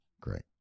Great